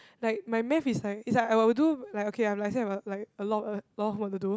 like my maths is like is like I will do like okay I'm let say like like a lot of a lot work to do